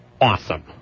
awesome